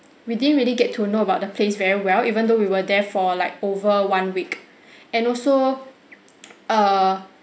we didn't really get to know about the place very well even though we were there for like over one week and also err